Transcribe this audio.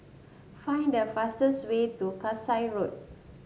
find the fastest way to Kasai Road